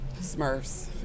Smurfs